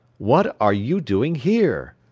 what are you doing here?